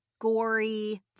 gory